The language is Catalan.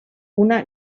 una